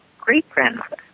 great-grandmother